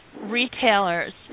retailers